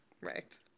right